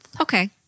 Okay